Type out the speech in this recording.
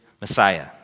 Messiah